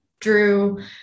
drew